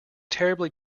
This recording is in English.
terribly